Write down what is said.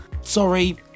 sorry